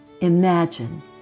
Imagine